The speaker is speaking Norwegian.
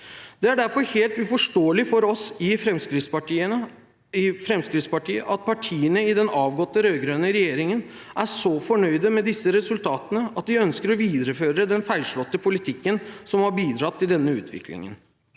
Det er derfor helt uforståelig for oss i Fremskrittspartiet at partiene i den avgåtte rød-grønne regjeringen er så fornøyd med disse resultatene at de ønsker å videreføre den feilslåtte politikken, som har bidratt til denne utviklingen.